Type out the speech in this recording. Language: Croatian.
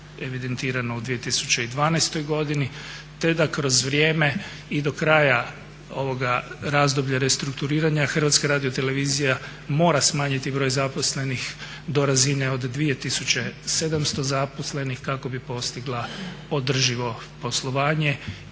evidentirano u 2012. godini, te da kroz vrijeme i do kraja ovoga razdoblja restrukturiranja Hrvatska radiotelevizija mora smanjiti broj zaposlenih do razine od 2700 zaposlenih kako bi postigla održivo poslovanje